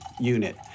unit